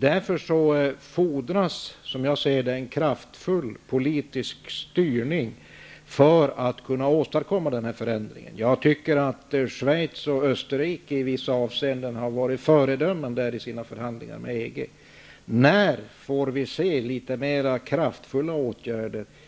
Det fordras därför en kraftfull politisk styrning i syfte att åstadkomma denna förändring. Schweiz och Österrike har i vissa avseenden varit föredömen när det gäller förhandlingarna med EG. När får